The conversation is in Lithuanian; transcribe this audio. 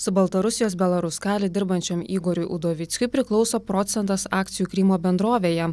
su baltarusijos belaruskali dirbančiam igoriui udovickiui priklauso procentas akcijų krymo bendrovėje